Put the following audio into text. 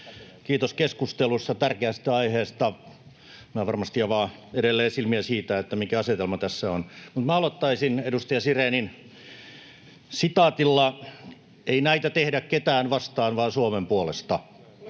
Kiitos keskustelusta tärkeästä aiheesta — tämä varmasti avaa edelleen silmiä siitä, mikä asetelma tässä on. Minä aloittaisin edustaja Sirénin sitaatilla: ei näitä tehdä ketään vastaan, vaan Suomen puolesta.